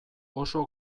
oso